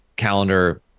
calendar